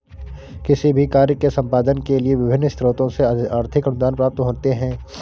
किसी भी कार्य के संपादन के लिए विभिन्न स्रोतों से आर्थिक अनुदान प्राप्त होते हैं